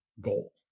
goal